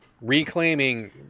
reclaiming